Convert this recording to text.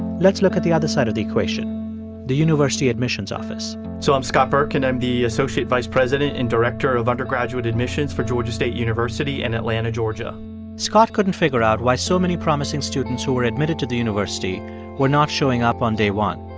let's look at the other side of the equation the university admissions office so i'm scott burke. and i'm the associate vice president and director of undergraduate admissions for georgia state university in atlanta, ga scott couldn't figure out why so many promising students who were admitted to the university were not showing up on day one.